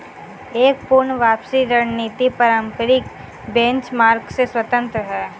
एक पूर्ण वापसी रणनीति पारंपरिक बेंचमार्क से स्वतंत्र हैं